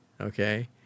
okay